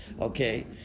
okay